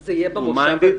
פעולה בנושא הזה.